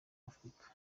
afurika